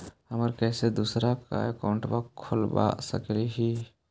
हम कैसे दूसरा का अकाउंट खोलबा सकी ही?